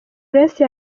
grace